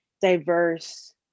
diverse